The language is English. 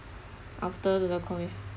after the the COVID